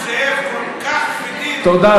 חבר הכנסת נסים זאב, על חשבון הזמן שלך אתה עכשיו